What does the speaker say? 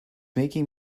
making